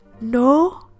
no